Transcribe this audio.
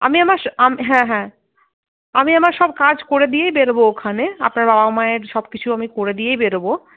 আমি আমার হ্যাঁ হ্যাঁ আমি আমার সব কাজ করে দিয়েই বেরোবো ওখানে আপনার বাবা মায়ের সবকিছু আমি করে দিয়েই বেরোবো